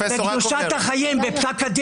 בית המשפט